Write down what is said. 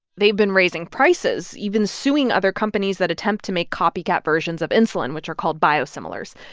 they've been raising prices, even suing other companies that attempt to make copycat versions of insulin, which are called biosimilars.